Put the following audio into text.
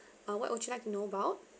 uh what would you like to know about